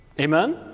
Amen